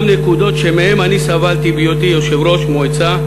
נקודות שמהן אני סבלתי בהיותי יושב-ראש מועצה,